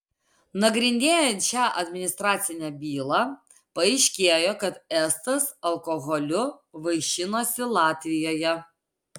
nagrinėjant šią administracinę bylą paaiškėjo kad estas alkoholiu vaišinosi latvijoje